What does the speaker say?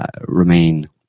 remain